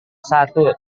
satu